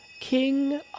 King